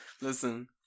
Listen